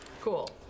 Cool